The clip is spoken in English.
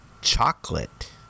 chocolate